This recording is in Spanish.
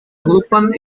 agrupan